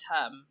term